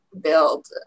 build